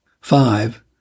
Five